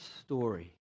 story